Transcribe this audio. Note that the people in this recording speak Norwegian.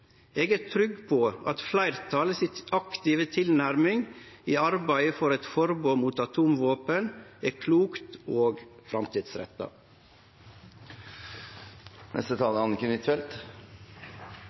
Eg er trygg på at fleirtalet si aktive tilnærming i arbeidet for eit forbod mot atomvåpen er klok og framtidsretta.